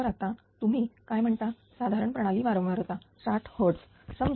तर आता तुम्ही काय म्हणता साधारण प्रणाली वारंवारता 60 Hz